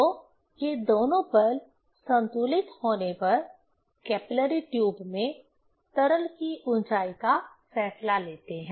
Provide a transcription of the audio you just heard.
तो ये दोनों बल संतुलित होने पर कैपिलरी ट्यूब में तरल की ऊंचाई का फैसला लेते हैं